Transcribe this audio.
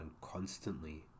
constantly